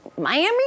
Miami